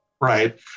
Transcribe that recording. Right